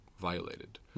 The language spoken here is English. violated